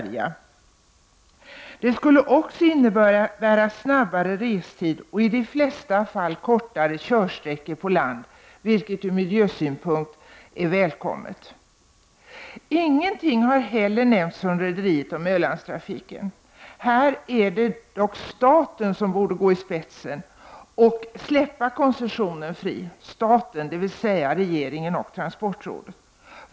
En tredje färja skulle också innebära en kortare restid och i de flesta fall kortare körsträckor på land, vilket från miljösynpunkt är välkommet. Ingenting har heller nämnts från rederiet om Ölandstrafiken. Här är det dock staten — dvs. regeringen och transportrådet — som borde gå i spetsen och släppa koncessionen fri.